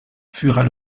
furent